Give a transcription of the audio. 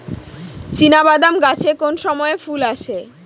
চিনাবাদাম গাছে কোন সময়ে ফুল আসে?